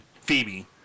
Phoebe